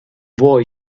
boy